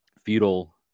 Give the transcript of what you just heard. feudal